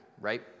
right